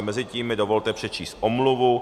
Mezitím mi dovolte přečíst omluvu.